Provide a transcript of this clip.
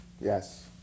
Yes